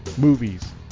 movies